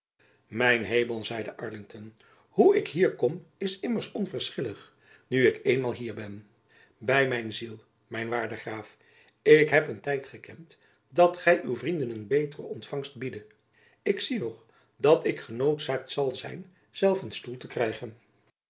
mijn hemel zeide arlington hoe ik hier kom is immers onverschillig nu ik eenmaal hier ben by mijn ziel mijn waarde graaf ik heb een tijd gekend dat gy uw vrienden een betere ontfangst beteiddet ik zie nog dat ik genoodzaakt zal zijn zelf een stoel te krijgen